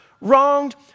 wronged